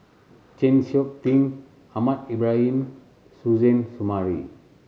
Chng Seok Tin Ahmad Ibrahim Suzairhe Sumari